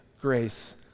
grace